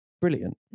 brilliant